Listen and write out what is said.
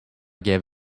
gave